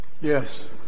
Yes